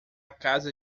casa